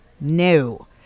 No